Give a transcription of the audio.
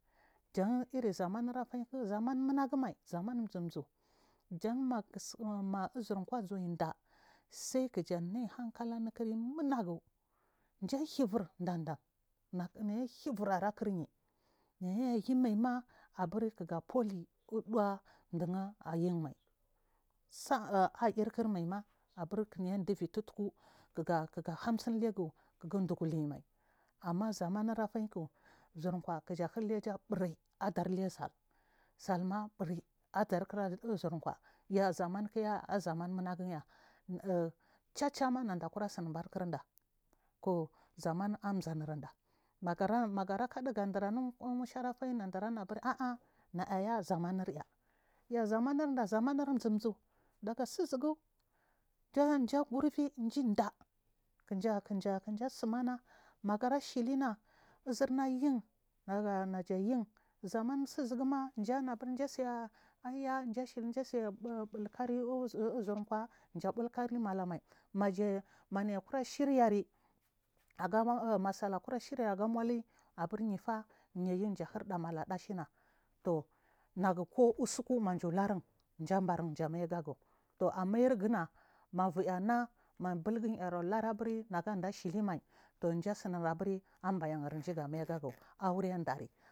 Jan irrizaman afainki zaman munagu mai zaman zumzu jan ma ma izirkwa bur daah sai kij amiyi hankalanukiryi munagu jahibur dan dan nayahibur anukiryi nayayim aima abur kinaya fuwa li uɗadu na ayimai sa’a ayikirmaima aburkinaya daah ulu tutku kiga hamsin teg kigan duga luyimai amma zaman adaki jirkwa kija luir leja bure aidar lesau sal ma bim adarkira uzirkwa ya zamanki ya yazaman munaguja uu chach ma nadakira siubarkirada zaman an zanua nagarakadu yadurany mushar afain nadaranabur nay ya zamanur aiy yuu zamanunda zamanu zumzuu daga tsuzugu jagir iui jindaa kija sumana magara shi lina izirna yin naja yin zaman tsuzuguna injasai aiyatash lu dikan uzurkwa jadilkari numalam ai nagu magukura shiryayi masal akura shirya agamulun abur yifa a nayu jahir ɗa mala ɗa shina nagu ku usukunaja luri jambarin ga mai gagu tuu amayarguma ma uina ma bulgu alurbur naganda shiumai jasibi aburi jambaninfi gamai gagu.